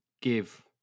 give